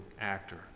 actor